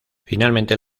finalmente